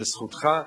זה זכותך,